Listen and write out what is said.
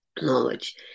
knowledge